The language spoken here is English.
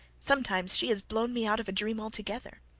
sometimes she has blown me out of a dream altogether.